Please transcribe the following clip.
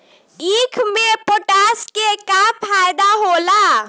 ईख मे पोटास के का फायदा होला?